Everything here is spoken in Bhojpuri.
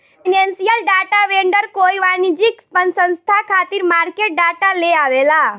फाइनेंसियल डाटा वेंडर कोई वाणिज्यिक पसंस्था खातिर मार्केट डाटा लेआवेला